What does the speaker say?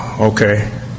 okay